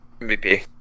MVP